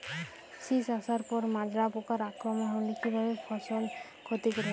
শীষ আসার পর মাজরা পোকার আক্রমণ হলে কী ভাবে ফসল ক্ষতিগ্রস্ত?